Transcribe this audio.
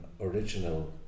original